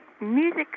music